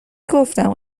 گفتم